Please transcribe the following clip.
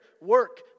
work